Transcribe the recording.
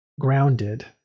grounded